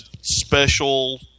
special